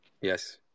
Yes